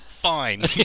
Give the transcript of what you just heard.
fine